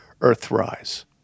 Earthrise